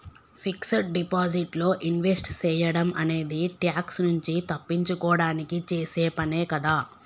fixed deposit లో invest సేయడం అనేది ట్యాక్స్ నుంచి తప్పించుకోడానికి చేసే పనే కదా